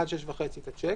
עד 18:30 את השיק,